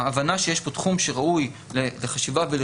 ההבנה שיש פה תחום שראוי לחשיבה ולריכוז,